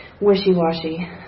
wishy-washy